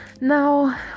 Now